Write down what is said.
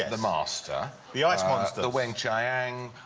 the master. the ice monsters. the weng-chiang.